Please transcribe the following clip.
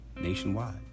nationwide